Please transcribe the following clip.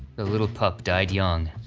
the little pup died young.